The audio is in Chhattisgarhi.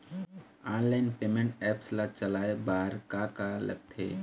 ऑनलाइन पेमेंट एप्स ला चलाए बार का का लगथे?